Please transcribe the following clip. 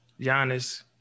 Giannis